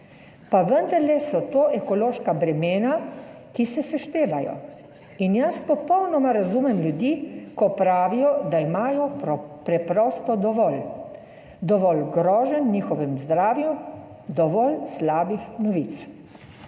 Pa vendarle so to ekološka bremena, ki se seštevajo, in jaz popolnoma razumem ljudi, ko pravijo, da imajo preprosto dovolj, dovolj groženj njihovemu zdravju, dovolj slabih novic.